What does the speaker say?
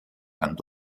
and